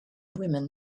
women